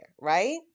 right